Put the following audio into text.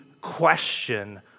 question